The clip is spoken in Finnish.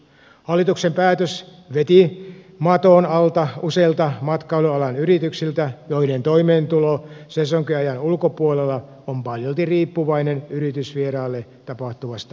hallituksen päätös veti maton alta useilta matkailualan yrityksiltä joiden toimeentulo sesonkiajan ulkopuolella on paljolti riippuvainen yritysvieraille tapahtuvasta myynnistä